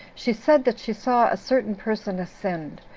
she said that she saw a certain person ascend,